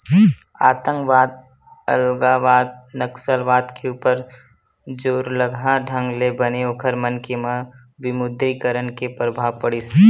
आंतकवाद, अलगावाद, नक्सलवाद के ऊपर जोरलगहा ढंग ले बने ओखर मन के म विमुद्रीकरन के परभाव पड़िस